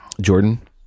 jordan